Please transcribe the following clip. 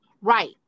Right